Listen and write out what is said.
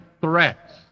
threats